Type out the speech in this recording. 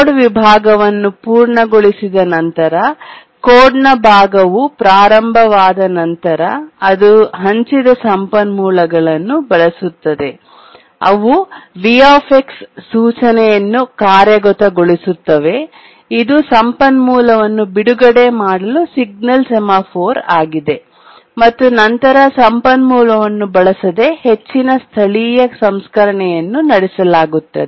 code ವಿಭಾಗವನ್ನು ಪೂರ್ಣಗೊಳಿಸಿದ ನಂತರ ಕೋಡ್ನ ಭಾಗವು ಪ್ರಾರಂಭವಾದ ನಂತರ ಅದು ಹಂಚಿದ ಸಂಪನ್ಮೂಲಗಳನ್ನು ಬಳಸುತ್ತದೆ ಅವು V ಸೂಚನೆಯನ್ನು ಕಾರ್ಯಗತಗೊಳಿಸುತ್ತವೆ ಇದು ಸಂಪನ್ಮೂಲವನ್ನು ಬಿಡುಗಡೆ ಮಾಡಲು ಸಿಗ್ನಲ್ ಸೆಮಾಫೋರ್ ಆಗಿದೆ ಮತ್ತು ನಂತರ ಸಂಪನ್ಮೂಲವನ್ನು ಬಳಸದೆ ಹೆಚ್ಚಿನ ಸ್ಥಳೀಯ ಸಂಸ್ಕರಣೆಯನ್ನು ನಡೆಸಲಾಗುತ್ತದೆ